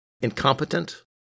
incompetent